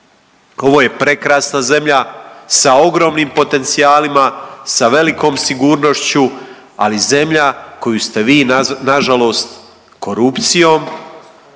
Ovo je prekrasna zemlja sa ogromnim potencijalima, sa velikom sigurnošću, ali zemlja koju ste vi na žalost korupcijom,